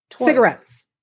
Cigarettes